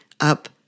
up